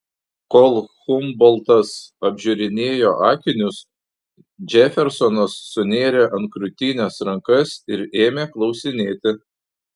kol humboltas apžiūrinėjo akinius džefersonas sunėrė ant krūtinės rankas ir ėmė klausinėti